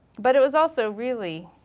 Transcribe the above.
but it was also really,